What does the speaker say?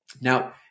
Now